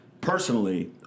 personally